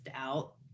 out